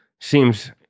seems